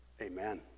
amen